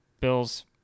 bills